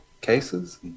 cases